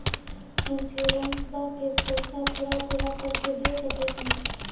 इंश्योरेंसबा के पैसा थोड़ा थोड़ा करके दे सकेनी?